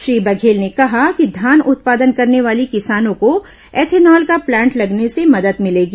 श्री बघेल ने कहा कि धान उत्पादन करने वाले किसानों को ऐथेनॉल का प्लांट लगने से मदद भिलेगी